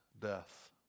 death